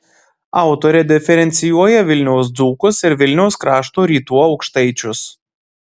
autorė diferencijuoja vilniaus dzūkus ir vilniaus krašto rytų aukštaičius